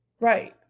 Right